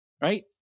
Right